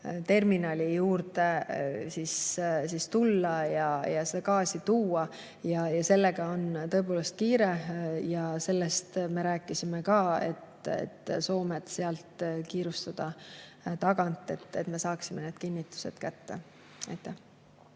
terminali juurde tulla ja sealt gaasi tuua. Sellega on tõepoolest kiire ja sellest me rääkisime ka, et Soomet tagant kiirustada, et me saaksime need kinnitused kätte.